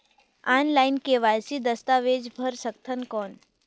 Online KYC दस्तावेज भर सकथन कौन?